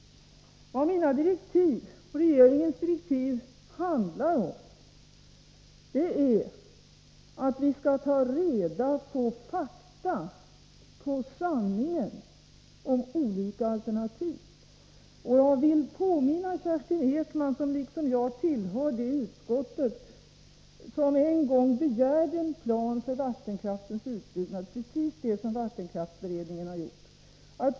Vad regeringens och Om planerna på utmina direktiv handlar om är att vi skall ta reda på fakta, på sanningen, om byggnad av vattenolika alternativ. kraften Jag vill påminna Kerstin Ekman om en sak. Kerstin Ekman tillhör ju samma utskott som jag tillhört, och det utskottet begärde en gång en plan för vattenkraftens utbyggnad, vilket är precis vad vattenkraftberedningen har utarbetat.